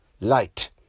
light